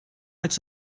als